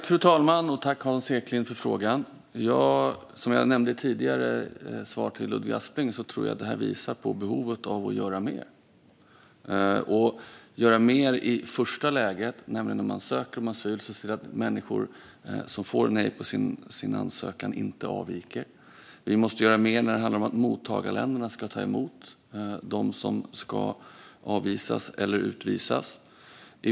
Fru talman! Tack, Hans Eklind, för frågan! Som jag nämnde i mitt svar till Ludvig Aspling tror jag att det här visar på behovet av att göra mer och att göra mer i första läget. När man söker asyl ska vi se till att människor som får nej på sin ansökan inte avviker. Vi måste göra mer när det handlar om att mottagarländerna ska ta emot dem som ska avvisas eller utvisas.